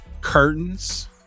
Curtains